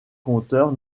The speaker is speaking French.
compteurs